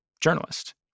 journalist